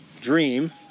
dream